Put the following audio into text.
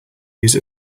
use